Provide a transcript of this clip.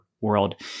world